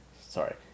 Sorry